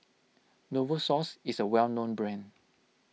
Novosource is a well known brand